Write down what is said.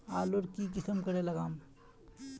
आलूर की किसम करे लागम?